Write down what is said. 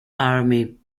army